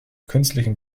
künstlichen